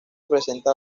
presenta